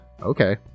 okay